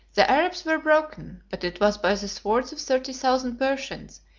the arabs were broken, but it was by the swords of thirty thousand persians,